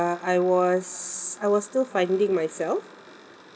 I was I was still finding myself